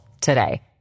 today